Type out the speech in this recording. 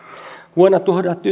vuonna